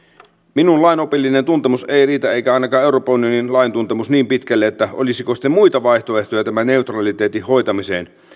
minun lainopillinen tuntemukseni ei riitä eikä ainakaan euroopan unionin lain tuntemus niin pitkälle että olisiko sitten muita vaihtoehtoja tämän neutraliteetin hoitamiseen